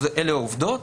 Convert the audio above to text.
אלה העובדות.